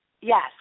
Yes